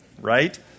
right